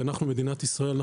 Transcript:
אנחנו מדינת ישראל,